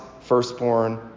firstborn